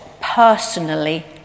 personally